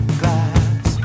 glass